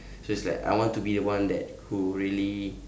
so it's like I want to be the one that who really